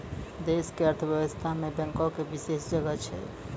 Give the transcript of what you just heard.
देश के अर्थव्यवस्था मे बैंको के विशेष जगह छै